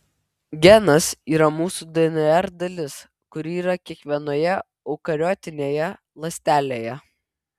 genas yra mūsų dnr dalis kuri yra kiekvienoje eukariotinėje ląstelėje